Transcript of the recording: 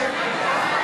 ההצעה